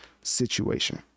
situation